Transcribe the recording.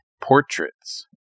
portraits